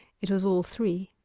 it was all three.